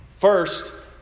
First